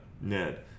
Ned